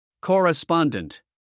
Correspondent